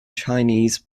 chinese